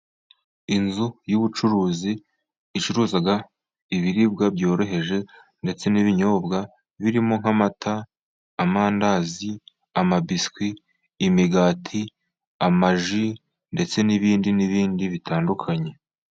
Inzu y'ubucuruzi icuruza ibiribwa byoroheje ndetse n'ibinyobwa birimo nk'amata, amandazi, amabiswi, imigati, amaji ndetse n'ibindi n'ibindi bitandukanye.